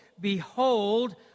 Behold